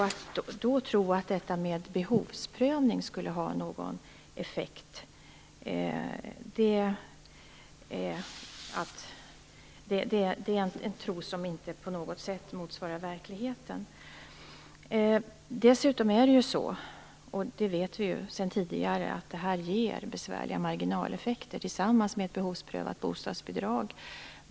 Att då tro att behovsprövning skulle ha någon effekt motsvarar inte på något sätt verkligheten. Dessutom är det så - det vet vi sedan tidigare - att det ger besvärliga marginaleffekter tillsammans med ett behovsprövat bostadsbidrag.